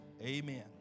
Amen